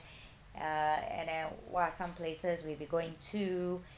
uh and then what are some places we’ll be going to